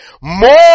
more